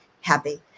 happy